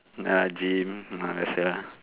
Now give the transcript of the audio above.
ah gym um that's all lah